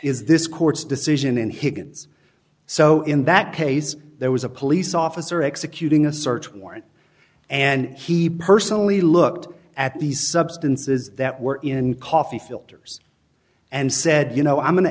is this court's decision in higgens so in that case there was a police officer executing a search warrant and he personally looked at these substances that were in coffee filters and said you know i'm